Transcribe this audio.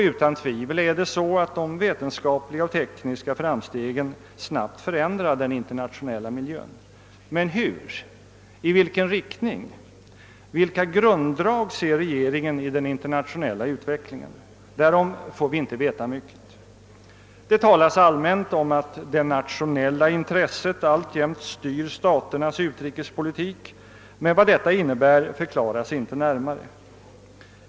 Utan tvivel är det så att de vetenskapliga och tekniska framstegen snabbt förändrar den internationella miljön, men i vilken utsträckning? Vilka grunddrag ser regeringen i den internationella utvecklingen? Därom får vi inte veta mycket. Det talas allmänt om att det nationella intresset alltjämt styr staternas utrikespolitik, men vad detta innebär förklaras inte närmare.